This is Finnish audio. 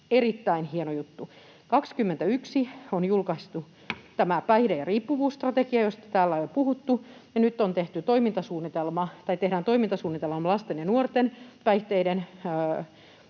erittäin hieno juttu. Vuonna 21 on julkaistu tämä päihde- ja riippuvuusstrategia, josta täällä on jo puhuttu, ja nyt tehdään toimintasuunnitelma lasten ja nuorten päihteettömyyden